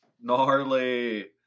gnarly